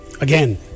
Again